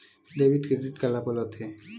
Debit credit काला बोल थे?